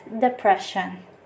depression